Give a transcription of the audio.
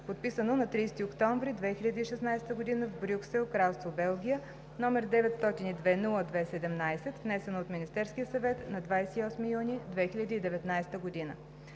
подписано на 30 октомври 2016 г. в Брюксел, Кралство Белгия, № 902-02-17, внесен от Министерския съвет на 28 юни 2019 г.